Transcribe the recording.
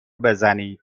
بزنید